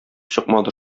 чыкмады